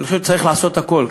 אני חושב שצריך לעשות הכול,